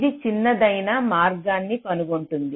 ఇది చిన్నదైన మార్గాన్ని కనుగొంటుంది